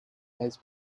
has